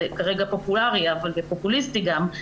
זה כרגע פופולארי ופופוליסטי גם,